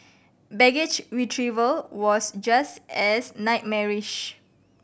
baggage retrieval was just as nightmarish